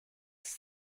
ist